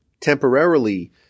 temporarily